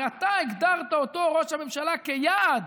הרי אתה הגדרת אותו, ראש הממשלה, כיעד.